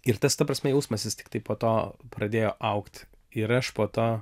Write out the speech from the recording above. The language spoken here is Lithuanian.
ir tas ta prasme jausmas jis tiktai po to pradėjo augt ir aš po to